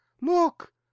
look